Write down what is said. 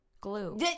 glue